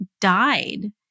died